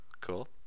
cool